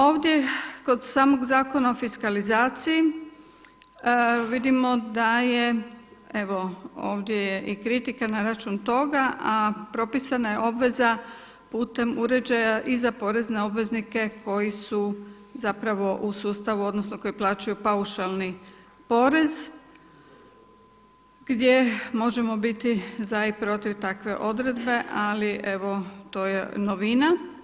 Ovdje kod samog Zakona o fiskalizaciji vidimo da je evo ovdje je i kritika na račun toga, a propisana je obveza putem uređaja i za porezne obveznike koji su zapravo u sustavu odnosno koji plaćaju paušalni porez gdje možemo biti za i protiv takve odredbe, ali evo to je novina.